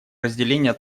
разделения